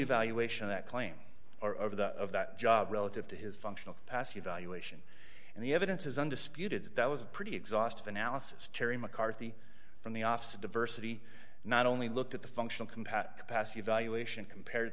evaluation that claim or over the of that job relative to his functional capacity evaluation and the evidence is undisputed that that was a pretty exhaustive analysis terry mccarthy from the office of diversity not only looked at the functional compact capacity evaluation compared